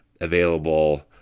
available